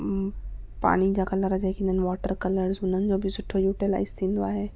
पानी जा कलर जेके water colours उन्हनि जो बि सुठो यूटिलाइज़ थींदो आहे